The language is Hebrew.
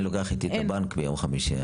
אני לוקח איתי את הבנק ביום חמישי,